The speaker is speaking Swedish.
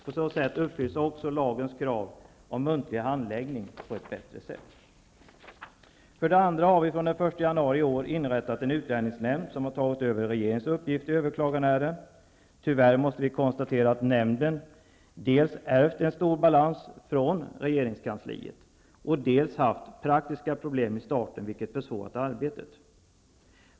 På så sätt uppfylls också lagens krav på muntlig handläggning på ett bättre sätt. För det andra har det den 1 januari i år inrättats en utlänningsnämnd som har tagit över regeringens uppgift i överklagningsärenden. Tyvärr måste vi konstatera att nämnden dels ärvt en stor balans från regeringskansliet, dels haft praktiska problem i starten, vilket försvårat arbetet.